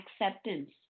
acceptance